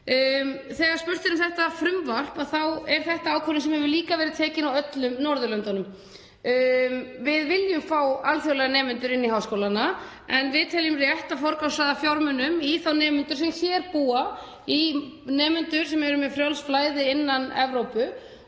Þegar spurt er um þetta frumvarp þá er þetta ákvörðun sem hefur líka verið tekin á öllum Norðurlöndunum. Við viljum fá alþjóðlega nemendur inn í háskólana en við teljum rétt að forgangsraða fjármunum í þá nemendur sem hér búa, í nemendur sem eru með frjálst flæði innan Evrópu